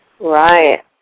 Right